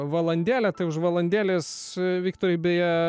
valandėlę tai už valandėlės viktorai beje